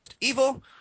evil